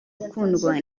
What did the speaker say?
gukundwa